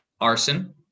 arson